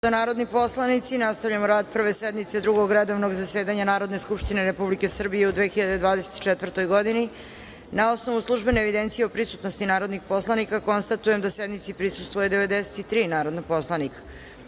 narodni poslanici, nastavljamo rad Prve sednice Drugog redovnog zasedanja Narodne skupštine Republike Srbije u 2024. godini. Na osnovu službene evidencije o prisutnosti narodnih poslanika, konstatujem da sednici prisustvuje 93 narodna poslanika. Radi